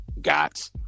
got